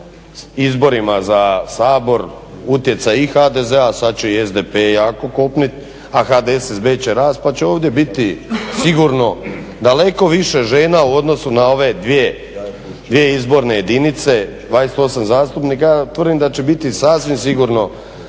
izborima za Sabor utjecaj i HDZ-a, sada će i SDP jako kopniti, a HDSSB će rasti pa će ovdje biti sigurno daleko više žena u odnosu na ove dvije izborne jedinice 28 zastupnika. Ja tvrdim da će sigurno biti sasvim sigurno